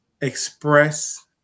express